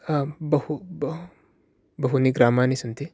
बहु बह् बहूनि ग्रामाणि सन्ति